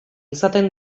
izaten